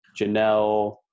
Janelle